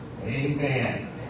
Amen